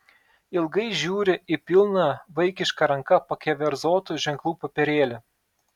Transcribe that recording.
ilgai žiūri į pilną vaikiška ranka pakeverzotų ženklų popierėlį